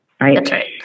right